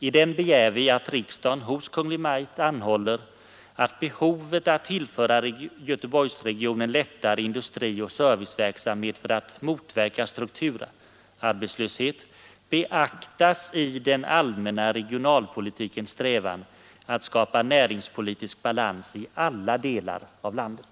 I den begär vi att riksdagen hos Kungl. Maj:t anhåller, att behovet att tillföra Göteborgsregionen lättare industri och serviceverksamhet för att motverka strukturarbetslöshet beaktas i den allmänna regionalpolitikens strävan att skapa näringspolitisk balans i alla delar av landet.